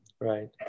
right